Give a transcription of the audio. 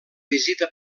visita